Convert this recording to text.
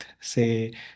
Say